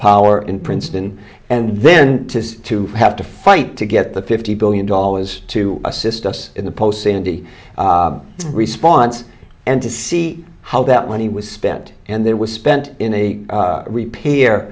power in princeton and then to have to fight to get the fifty billion dollars to assist us in the post sandy response and to see how that when he was spent and there was spent in a repair